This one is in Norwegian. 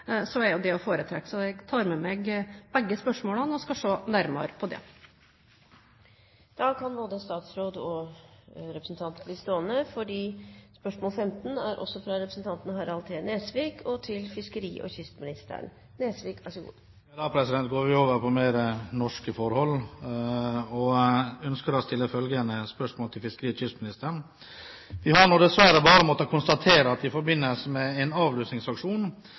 Så jeg tar med meg begge spørsmålene og skal se nærmere på det. Da går vi over på mer norske forhold. Jeg ønsker å stille følgende spørsmål til fiskeri- og kystministeren: «Vi har nå dessverre bare måttet konstatere at det i forbindelse med en